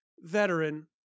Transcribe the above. veteran